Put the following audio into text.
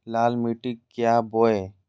लाल मिट्टी क्या बोए?